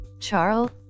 Charles